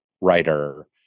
writer